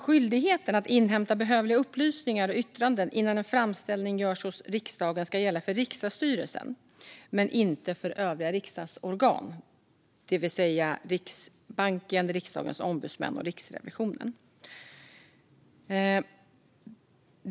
Skyldigheten att inhämta behövliga upplysningar och yttranden innan en framställning görs hos riksdagen ska gälla för riksdagsstyrelsen men inte för övriga riksdagsorgan, det vill säga Riksbanken, Riksdagens ombudsmän och Riksrevisionen.